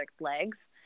legs